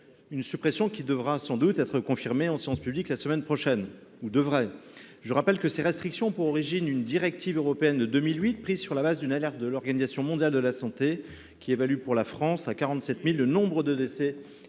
Cette suppression sera sans doute confirmée en séance publique la semaine prochaine. Je rappelle que ces restrictions ont pour origine une directive européenne de 2008 prise sur le fondement d’une alerte de l’Organisation mondiale de la santé, laquelle évaluait alors à 47 000 le nombre de décès